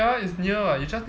ya it's near [what] you just